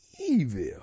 evil